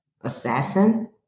assassin